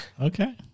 Okay